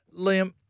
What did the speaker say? Liam